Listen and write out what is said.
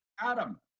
Adam